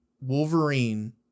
Wolverine